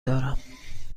دارم